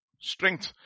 Strength